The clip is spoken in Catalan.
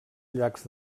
llacs